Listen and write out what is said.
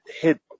hit